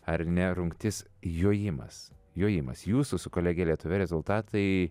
ar ne rungtis jojimas jojimas jūsų su kolege lietuve rezultatai